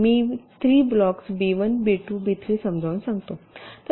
मी 3 block B 1 B 2 B 3 समजावून सांगते